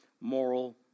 moral